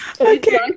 Okay